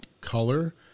color